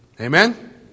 Amen